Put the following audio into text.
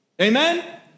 Amen